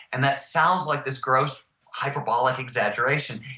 and that sounds like this gross hyperbolic exaggeration.